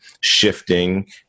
shifting